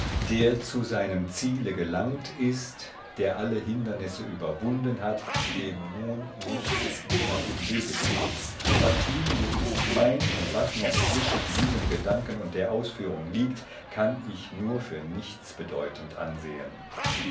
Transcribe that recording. der zu seinem ziele gelangt ist der alle hindernisse überwunden hat dem nun nichts mehr im wege steht ottilie ist mein und was noch zwischen diesem gedanken und der ausführung liegt kann ich nur für nichts bedeutend ansehen